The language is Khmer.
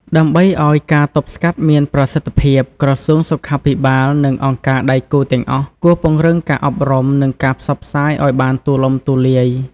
ដើម្បីឲ្យការទប់ស្កាត់មានប្រសិទ្ធភាព ក្រសួងសុខាភិបាល និងអង្គការដៃគូទាំងអស់គួរពង្រឹងការអប់រំ និងការផ្សព្វផ្សាយឲ្យបានទូលំទូលាយ។